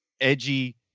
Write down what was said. edgy